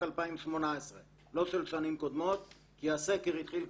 2018. לא של שנים קודמות כי הסקר התחיל,